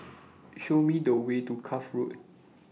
Show Me The Way to Cuff Road